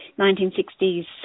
1960s